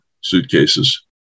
suitcases